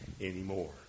anymore